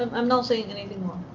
um i'm not saying and anything